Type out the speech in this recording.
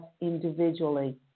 individually